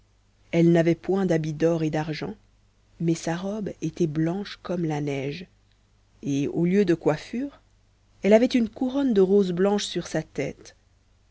elle n'avait point d'habits d'or et d'argent mais sa robe était blanche comme la neige et au lieu de coiffure elle avait une couronne de roses blanches sur sa tête